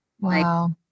Wow